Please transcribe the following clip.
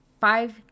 five